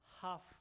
Half